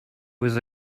was